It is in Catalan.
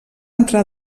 entrar